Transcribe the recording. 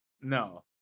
No